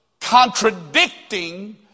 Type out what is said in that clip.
contradicting